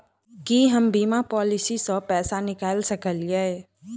की हम बीमा पॉलिसी सऽ पैसा निकाल सकलिये?